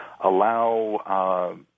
allow